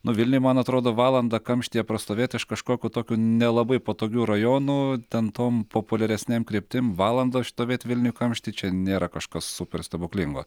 nu vilniuj man atrodo valandą kamštyje prastovėt iš kažkokių tokių nelabai patogių rajonų ten tom populiaresnėm kryptim valandą ištovėt vilniuj kamšty čia nėra kažkas super stebuklingo